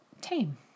tame